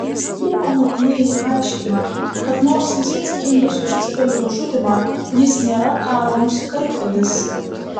trumano gynėjai aiškina kad nors jis atsakingas už civilių nužudymą jis nėra karo nusikaltėlis